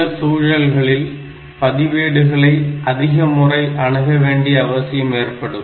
சில சூழல்களில் பதிவேடுகளை அதிகமுறை அணுகவேண்டிய அவசியம் ஏற்படும்